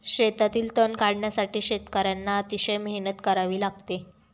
शेतातील तण काढण्यासाठी शेतकर्यांना अतिशय मेहनत करावी लागते